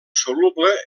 soluble